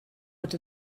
bod